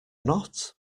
not